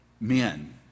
men